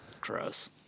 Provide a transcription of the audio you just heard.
gross